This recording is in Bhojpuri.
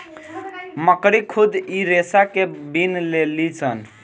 मकड़ी खुद इ रेसा के बिन लेलीसन